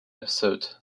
episode